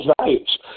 values